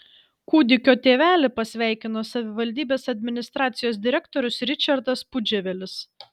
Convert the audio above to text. kūdikio tėvelį pasveikino savivaldybės administracijos direktorius ričardas pudževelis